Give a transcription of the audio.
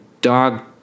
dog